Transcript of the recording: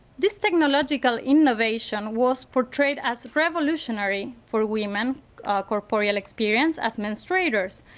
this technological innovation was portrayed as revolutionary for women corporeal experience as menstruators.